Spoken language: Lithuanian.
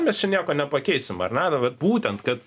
mes čia nieko nepakeisim ar ne ir va būtent kad